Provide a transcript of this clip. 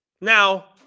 Now